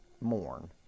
Mourn